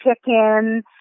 chicken